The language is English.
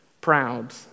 proud